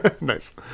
nice